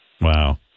Wow